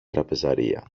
τραπεζαρία